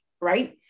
right